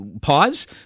pause